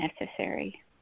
necessary